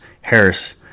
Harris